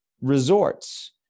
resorts